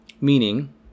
Meaning